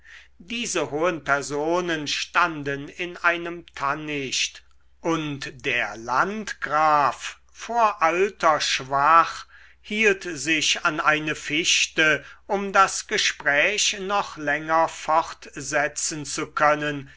diese hohen personen standen in einem tannicht und der landgraf vor alter schwach hielt sich an eine fichte um das gespräch noch länger fortsetzen zu können